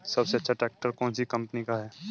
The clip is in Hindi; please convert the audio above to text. सबसे अच्छा ट्रैक्टर कौन सी कम्पनी का है?